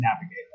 navigate